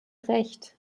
recht